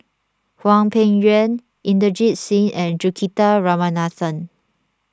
Hwang Peng Yuan Inderjit Singh and Juthika Ramanathan